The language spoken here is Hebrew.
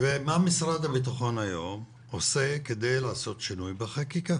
מה עושה היום משרד הבטחון כדי לעשות שינוי בחקיקה?